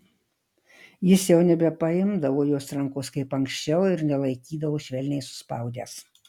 jis jau nebepaimdavo jos rankos kaip anksčiau ir nelaikydavo švelniai suspaudęs